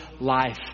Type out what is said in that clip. life